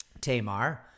Tamar